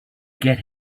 get